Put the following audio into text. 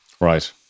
Right